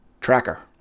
tracker